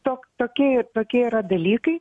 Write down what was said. tok tokie į tokie yra dalykai